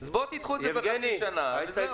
אז בואו תדחו את זה בחצי שנה, זהו.